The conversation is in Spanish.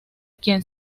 quien